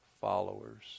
followers